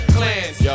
Clans